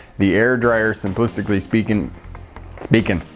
the air dryer simplistically speakn' speakn',